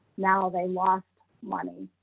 now they lost money.